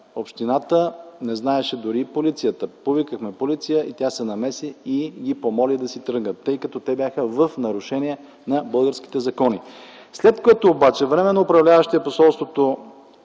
общината, не знаеше дори и полицията. Повикахме полиция, тя се намеси и ги помоли да си тръгнат, тъй като те бяха в нарушение на българските закони. След което обаче временно управляващият посолството